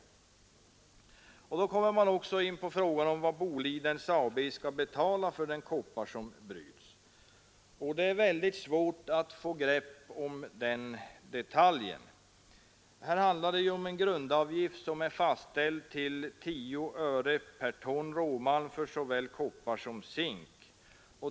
Vad skall då Boliden AB betala för den koppar som bryts? Det är väldigt svårt att få något grepp om den detaljen. Här handlar det om en grundavgift som är fastställd till 10 öre per ton råmalm för såväl koppar som zink.